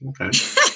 Okay